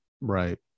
Right